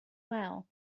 well